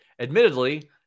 admittedly